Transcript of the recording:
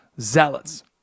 zealots